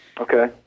Okay